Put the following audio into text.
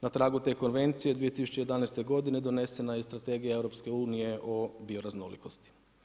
Na tragu te konvencije 2011. godine donesena je i Strategija EU o bioraznolikosti.